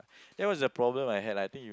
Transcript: there was the problem I had I think